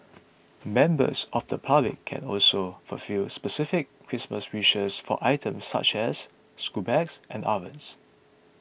members of the public can also fulfil specific Christmas wishes for items such as school bags and ovens